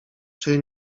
czy